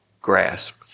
grasp